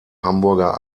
hamburger